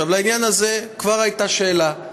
לעניין הזה כבר הייתה שאלה,